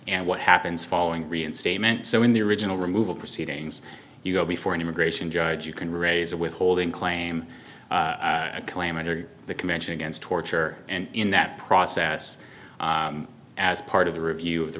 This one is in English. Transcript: and what happens following reinstatement so in the original removal proceedings you go before an immigration judge you can raise a withholding claim a calamity the convention against torture and in that process as part of the review